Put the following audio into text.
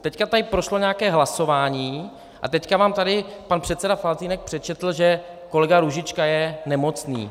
Teď tady prošlo nějaké hlasování a teď vám tady pan předseda Faltýnek přečetl, že kolega Růžička je nemocný.